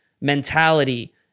mentality